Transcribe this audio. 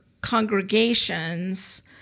congregations